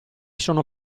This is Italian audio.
sono